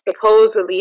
supposedly